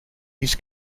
his